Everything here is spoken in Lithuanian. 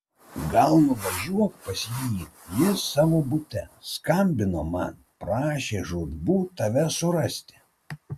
gal nuvažiuok pas jį jis savo bute skambino man prašė žūtbūt tave surasti